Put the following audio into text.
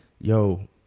yo